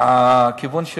הכיוון שלי,